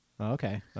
Okay